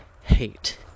hate